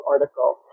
article